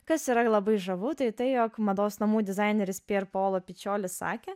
kas yra labai žavu tai tai jog mados namų dizaineris pier paolo pičioli sakė